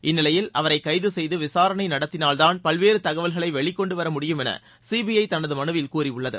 இந்நிலையில் அவரை கைது செய்து விசாரணை நடத்தினால்தான் பல்வேறு தகவல்களை வெளிக்கொண்டு வர முடியும் என்று சிபிஐ தனது மனுவில் கூறியுள்ளது